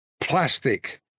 plastic